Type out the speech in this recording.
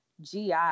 GI